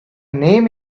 name